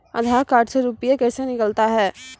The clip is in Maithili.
आधार कार्ड से रुपये कैसे निकलता हैं?